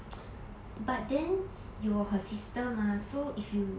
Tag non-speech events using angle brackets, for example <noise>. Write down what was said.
<noise> but then you were her sister mah so if you